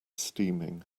steaming